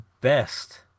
best